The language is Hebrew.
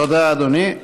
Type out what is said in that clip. תודה, אדוני.